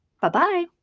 bye-bye